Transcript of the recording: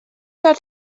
der